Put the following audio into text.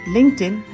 LinkedIn